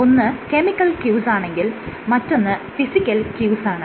ഒന്ന് chemical cues ആണെങ്കിൽ മറ്റൊന്ന് ഫിസിക്കൽ ക്യൂസാണ്